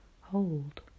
Hold